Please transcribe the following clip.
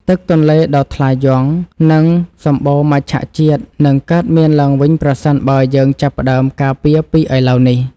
ទឹកទន្លេដ៏ថ្លាយ៉ង និងសម្បូរមច្ឆជាតិនឹងកើតមានឡើងវិញប្រសិនបើយើងចាប់ផ្តើមការពារពីឥឡូវនេះ។